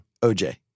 OJ